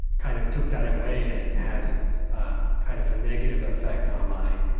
kind of took that away and has kind of a negative effect on my,